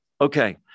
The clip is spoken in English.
okay